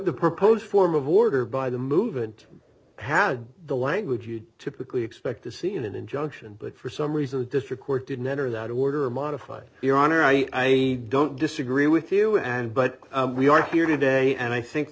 the proposed form of order by the movement had the language you'd typically expect to see in an injunction but for some reason the district court didn't enter that order modified your honor i don't disagree with you and but we are here today and i think